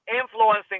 influencing